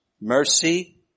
mercy